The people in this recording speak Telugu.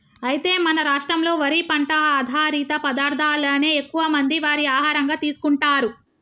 అయితే మన రాష్ట్రంలో వరి పంట ఆధారిత పదార్థాలనే ఎక్కువ మంది వారి ఆహారంగా తీసుకుంటారు